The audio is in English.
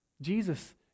Jesus